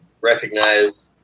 recognize